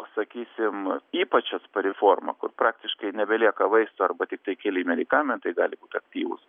sakysim ypač atspari forma kur praktiškai nebelieka vaistų arba tiktai keli medikamentai gali būt aktyvūs